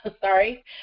sorry